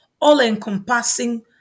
all-encompassing